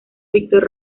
víctor